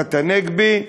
ועדת הנגבי,